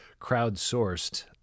crowdsourced